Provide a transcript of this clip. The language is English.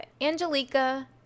Angelica